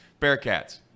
Bearcats